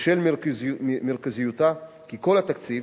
בשל מרכזיותה, כי כל התקציב,